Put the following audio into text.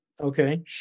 Okay